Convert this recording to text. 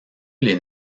les